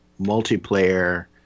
multiplayer